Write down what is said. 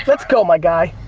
let's go, my guy.